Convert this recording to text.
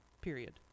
period